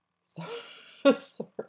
Sorry